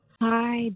Hi